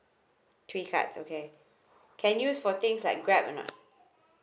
three cards okay can use for things like grab or not